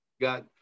got